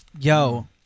Yo